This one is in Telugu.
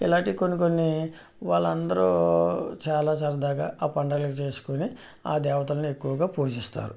ఇలాంటివి కొన్ని కొన్ని వాళ్ళందరు చాలా సరదాగా ఆ పండుగను చేసుకొని ఆ దేవతలను ఎక్కువగా పూజిస్తారు